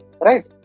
Right